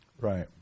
Right